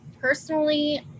Personally